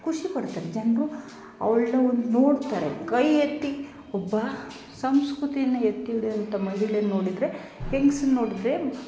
ಖುಷಿ ಪಡ್ತಾರೆ ಜನರು ಅವಳನ್ನ ಒಂದು ನೋಡ್ತಾರೆ ಕೈಯೆತ್ತಿ ಒಬ್ಬ ಸಂಸ್ಕೃತಿನಾ ಎತ್ತಿ ಹಿಡಿಯುವಂಥ ಮಹಿಳೆಯನ್ ನೋಡಿದರೆ ಹೆಂಗಸು ನೋಡಿದರೆ